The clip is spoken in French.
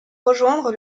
rejoindre